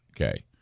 okay